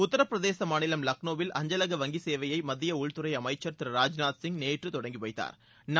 உத்திரப்பிரதேச மாநிலம் லக்ளோவில் அஞ்சலக வங்கி சேவையை மத்திய உள்துறை அமைச்சர் திரு ராஜ்நாத் சிங் நேற்று தொடங்கி வைத்தாா்